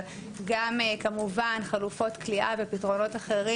אבל גם כמובן בחלופות כליאה ופתרונות אחרים